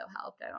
helped